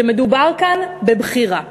שמדובר כאן בבחירה,